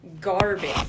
garbage